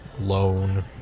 loan